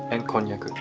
and konjac.